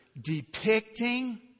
depicting